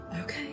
Okay